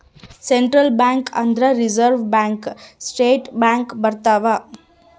central bank ಅಂದ್ರ reserve bank state bank ಬರ್ತವ